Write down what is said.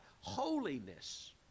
holiness